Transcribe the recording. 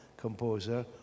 Composer